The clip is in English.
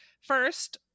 First